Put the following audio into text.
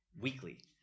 weekly